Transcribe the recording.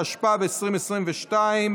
התשפ"ב 2022,